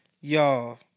y'all